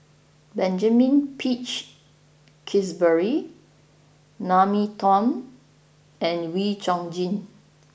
Benjamin Peach Keasberry Naomi Tan and Wee Chong Jin